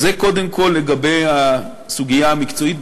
אז זה, קודם כול, לגבי הסוגיה המקצועית.